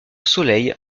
soleil